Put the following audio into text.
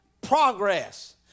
progress